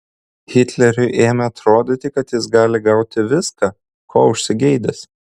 hitleriui ėmė atrodyti kad jis gali gauti viską ko užsigeidęs